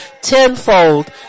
tenfold